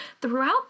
throughout